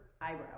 eyebrow